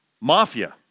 mafia